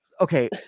Okay